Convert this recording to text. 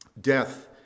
Death